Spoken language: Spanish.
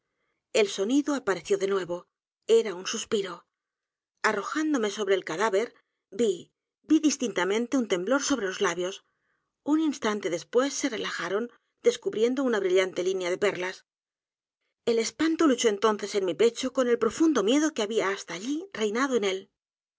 el sonido apareció de n u e v o era un suspiro arrojándome sobre el cadáver vi vi distintamente un temblor sobre los labios un instante después se relajaron descubriendo una brillante línea de perlas el espanto luchó entonces en mi pecho con el profundo miedo que había hasta allí reinado en él